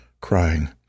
crying